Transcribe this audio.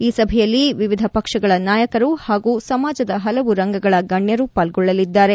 ಈ ಸಭೆಯಲ್ಲಿ ವಿವಿಧ ಪಕ್ಷಗಳ ನಾಯಕರು ಹಾಗೂ ಸಮಾಜದ ಹಲವು ರಂಗಗಳ ಗಣ್ಣರು ಪಾಲ್ಗೊಳ್ಲಲಿದ್ದಾರೆ